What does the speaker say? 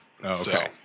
okay